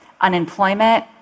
unemployment